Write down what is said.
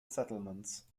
settlements